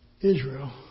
Israel